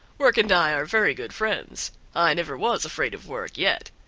work and i are very good friends i never was afraid of work yet.